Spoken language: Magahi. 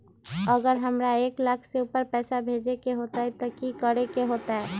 अगर हमरा एक लाख से ऊपर पैसा भेजे के होतई त की करेके होतय?